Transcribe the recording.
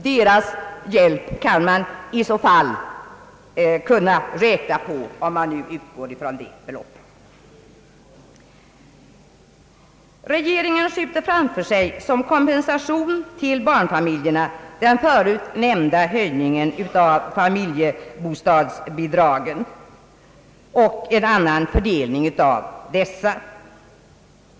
Deras hjälp kan man i så fall räkna på, om man utgår ifrån det beloppet. Regeringen skjuter framför sig som kompensation till barnfamiljerna den förut nämnda höjningen av familjebostadsbidragen och en annan fördelning av dessa.